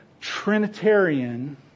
Trinitarian